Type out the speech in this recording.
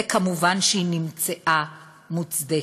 ומובן שהיא נמצאה מוצדקת,